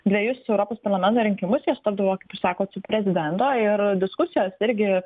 dvejus europos parlamento rinkimus jie sutapdavo sakot su prezidento ir diskusijos irgi